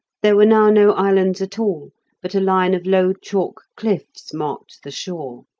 there were now no islands at all, but a line of low chalk cliffs marked the shore.